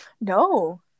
No